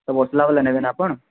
ସେ ପତଳା ବାଲା ନେବେ ନା ଆପଣ